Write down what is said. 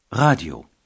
Radio